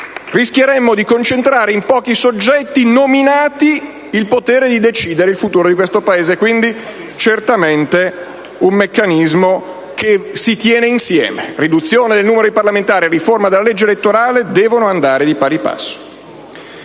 rischiamo di concentrare in pochi soggetti nominati il potere di decidere il futuro di questo Paese. È un meccanismo che si tiene insieme: riduzione del numero dei parlamentari e riforma della legge elettorale devono andare di pari passo.